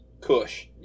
cush